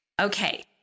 Okay